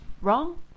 wrong